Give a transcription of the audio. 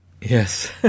Yes